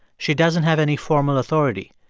she doesn't have any formal authority.